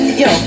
yo